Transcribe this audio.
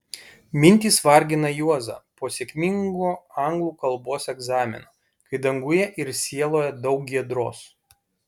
mintys vargina juozą po sėkmingo anglų kalbos egzamino kai danguje ir sieloje daug giedros